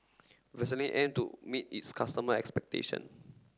Vaselin aim to meet its customer expectation